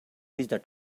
reached